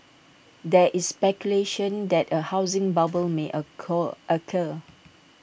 there is speculation that A housing bubble may occur